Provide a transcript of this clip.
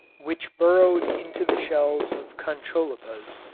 which burrowed into the shells of concholepas,